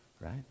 Right